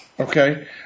Okay